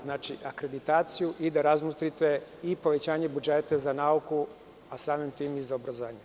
Znači, akreditaciju i da razmotrite i povećanje budžeta za nauku, a samim tim i za obrazovanje.